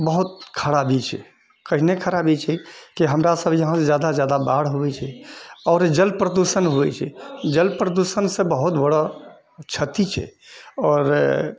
बहुत खराबी छै कहि ने खराबी छै कि हमरा सब इहाँ ज्यादासऽ ज्यादा बाढ़ आबै छै आओर जल प्रदूषण होइ छै जल प्रदूषणसे बहुत बड़ा क्षति छै आओर